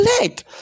leg